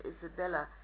Isabella